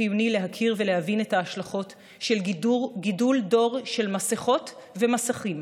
חיוני להכיר ולהבין את ההשלכות של גידול דור של מסכות ומסכים